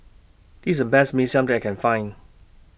This IS The Best Mee Siam that I Can Find